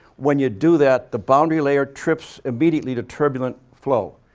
when you do that, the boundary layer trips immediately to turbulent flow.